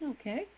Okay